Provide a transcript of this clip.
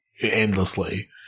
endlessly